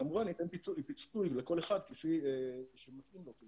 וכמובן ייתן פיצוי לכל אחד כפי שמתאים לו,